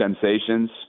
sensations